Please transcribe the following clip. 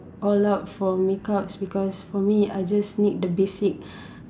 all out for makeups because for me I just need the basic